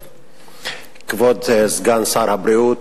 כבוד סגן שר הבריאות,